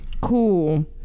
cool